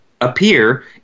appear